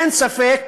אין ספק